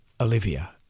Olivia